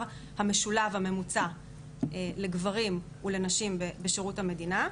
המשולב הממוצע לגברים ולנשים בשירות המדינה,